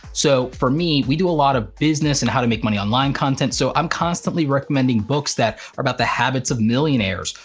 so for me, we do a lot of business, and how to make money online content, so i'm constantly recommending books that are about the habits of millionaires,